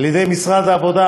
על-ידי משרד העבודה,